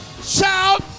Shout